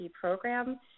program